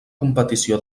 competició